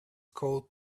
called